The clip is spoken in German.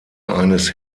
eines